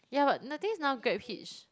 ya the thing is now GrabHitch